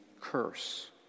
curse